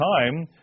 time